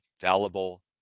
fallible